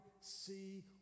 see